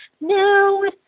no